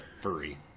furry